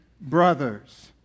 brothers